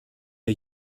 wir